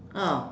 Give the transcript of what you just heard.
ah